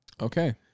Okay